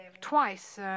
twice